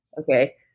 Okay